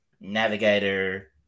navigator